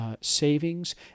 savings